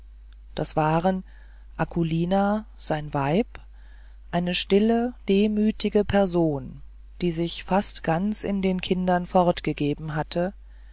das waren akulina sein weib eine stille demütige person die sich fast ganz in den kindern fortgegeben hatte